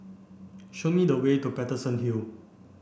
show me the way to Paterson Hill